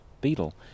beetle